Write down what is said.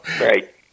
Right